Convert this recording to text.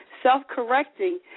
self-correcting